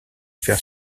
faire